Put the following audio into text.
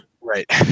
right